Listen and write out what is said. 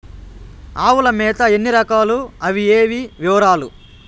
ఆవుల మేత ఎన్ని రకాలు? అవి ఏవి? వివరాలు?